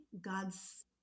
God's